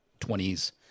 20s